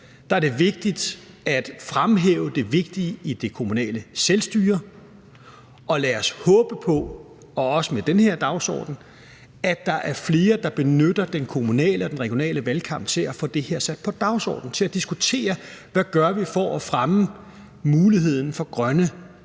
er det vigtigt at fremhæve det vigtige i det kommunale selvstyre, og lad os håbe på, også med den her dagsorden, at der er flere, der benytter den kommunale og den regionale valgkamp til at få det her sat på dagsordenen og til at diskutere: Hvad gør vi for at fremme muligheden for grønne,